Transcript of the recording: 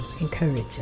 encourage